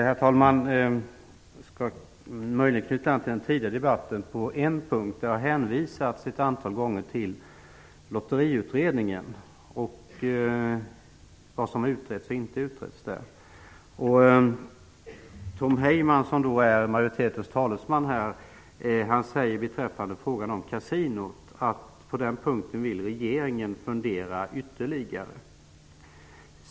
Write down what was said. Herr talman! Jag skall knyta an till den tidigare debatten på en punkt. Det har ett antal gånger hänvisats till Lotteriutredningen och vad som utreddes och inte utreddes. Tom Heyman som är majoritetens talesman säger beträffande frågan om kasinon att regeringen på den punkten vill fundera ytterligare.